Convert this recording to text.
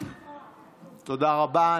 תודה רבה.